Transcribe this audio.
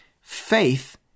Faith